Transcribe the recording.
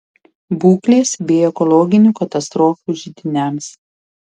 būklės bei ekologinių katastrofų židiniams